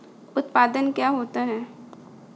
उत्पाद क्या होता है?